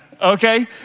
Okay